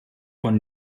von